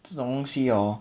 这种东西 hor